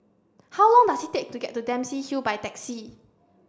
how long does it take to get to Dempsey Hill by taxi